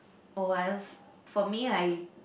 oh else for me I